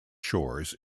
shores